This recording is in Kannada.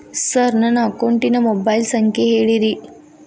ಸರ್ ನನ್ನ ಅಕೌಂಟಿನ ಮೊಬೈಲ್ ಸಂಖ್ಯೆ ಹೇಳಿರಿ